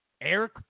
Eric